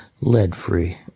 lead-free